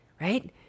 Right